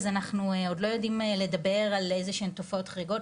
אז אנחנו עוד לא יודעים לדבר על איזה שהן תופעות חריגות,